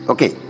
Okay